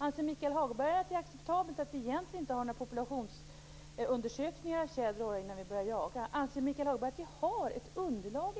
Anser Michael Hagberg att det är acceptabelt att vi egentligen inte har några populationsundersökningar av tjäder och orre innan vi börjar jaga? Anser Michael Hagberg att vi i dag har ett underlag